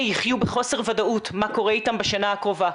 יחיו בחוסר ודאות מה קורה איתם בשנה הקרובה.